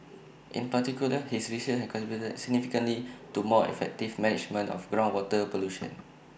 in particular his research has contributed significantly to more effective management of groundwater pollution